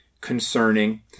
concerning